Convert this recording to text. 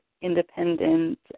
independent